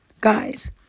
Guys